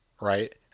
right